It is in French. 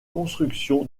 construction